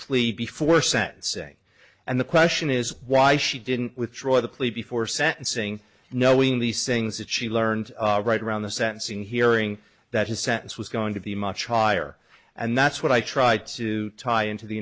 plea before sentencing and the question is why she didn't withdraw the plea before sentencing knowing these things that she learned right around the sentencing hearing that his sentence was going to be much higher and that's what i tried to tie in to the